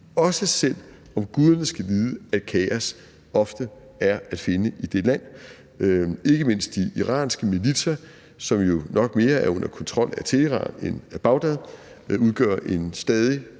også selv om guderne skal vide, at kaos ofte er at finde i det land, hvor ikke mindst de iranske militser, som jo nok mere er under kontrol af Teheran end af Bagdad, stadig